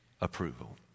approval